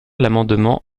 l’amendement